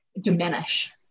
diminish